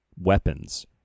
weapons